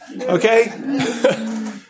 okay